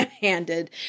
handed